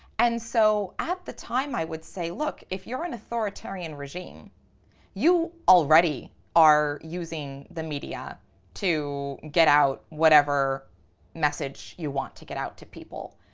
and so at the time i would say look, if you're an authoritarian regime you already are using the media to get out whatever message you want to get out to people.